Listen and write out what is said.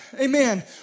Amen